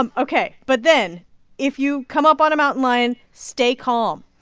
um ok. but then if you come up on a mountain lion, stay calm.